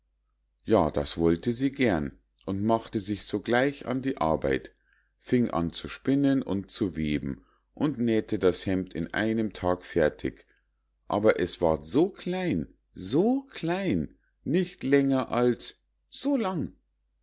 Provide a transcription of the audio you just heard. ja das wollte sie gern und machte sich sogleich an die arbeit fing an zu spinnen und zu weben und näh'te das hemd in einem tag fertig aber es ward so klein so klein nicht länger als so lang